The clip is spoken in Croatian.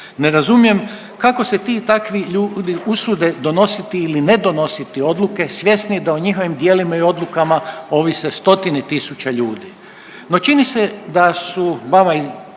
Ne razumijem kako se ti i takvi ljudi usude donositi ili ne donositi odluke svjesni da o njihovim djelima i odlukama ovise stotine tisuća ljudi. No čini se da su vama iz